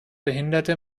behinderte